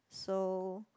so